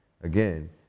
again